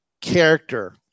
Character